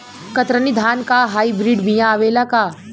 कतरनी धान क hybrid बिया आवेला का?